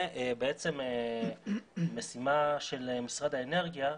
ובעצם משימה של משרד האנרגיה,